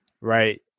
Right